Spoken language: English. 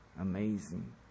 amazing